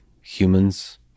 humans